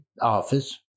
office